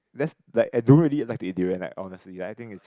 that's like I don't really like to eat durian like honestly I think is